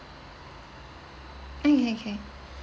K K K